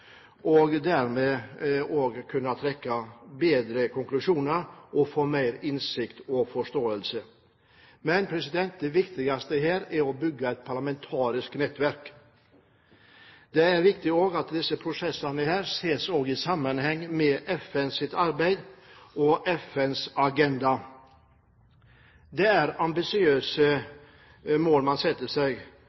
dermed å kunne trekke bedre konklusjoner og få mer innsikt og forståelse. Men det viktigste her er å bygge et parlamentarisk nettverk. Det er også viktig at disse prosessene ses i sammenheng med FNs arbeid og FNs agenda. Det er ambisiøse mål man setter seg,